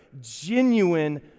genuine